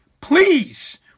Please